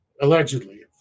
Allegedly